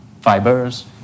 fibers